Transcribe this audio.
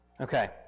Okay